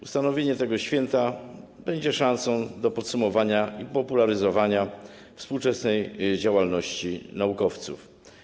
Ustanowienie tego święta będzie szansą na podsumowanie i popularyzowanie współczesnej działalności naukowców.